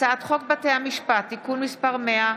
הצעת חוק בתי המשפט (תיקון מס' 100)